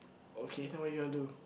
okay then what you gonna do